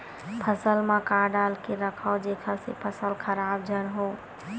फसल म का डाल के रखव जेखर से फसल खराब झन हो?